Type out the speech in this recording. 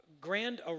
grand